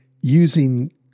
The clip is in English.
using